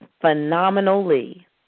phenomenally